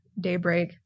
daybreak